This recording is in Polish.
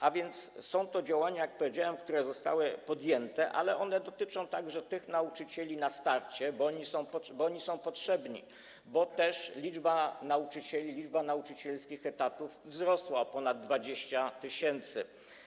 A więc są to działania, jak powiedziałem, które zostały podjęte, ale one dotyczą także nauczycieli na starcie, bo oni są potrzebni, bo też liczba nauczycieli, liczba nauczycielskich etatów wzrosła o ponad 20 tys.